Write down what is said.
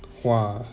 !wah!